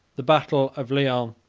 the battle of lyons,